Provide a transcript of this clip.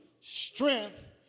strength